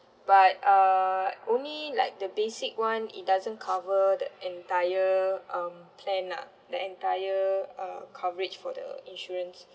but uh only like the basic one it doesn't cover the entire um plan lah the entire uh coverage for the insurance